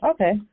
Okay